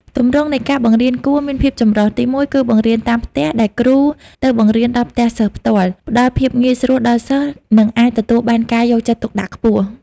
ទម្រង់នៃការបង្រៀនគួរមានភាពចម្រុះ ទីមួយ គឺបង្រៀនតាមផ្ទះ ដែលគ្រូទៅបង្រៀនដល់ផ្ទះសិស្សផ្ទាល់ ផ្តល់ភាពងាយស្រួលដល់សិស្ស និងអាចទទួលបានការយកចិត្តទុកដាក់ខ្ពស់។